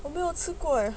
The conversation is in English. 我没有吃过